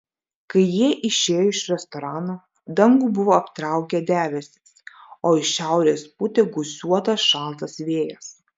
kai jie išėjo iš restorano dangų buvo aptraukę debesys o iš šiaurės pūtė gūsiuotas šaltas vėjas